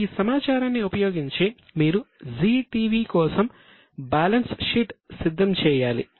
ఈ సమాచారాన్ని ఉపయోగించి మీరు జీ టీవీ కోసం బ్యాలెన్స్ షీట్ సిద్ధం చేయాలి